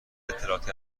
اطلاعاتی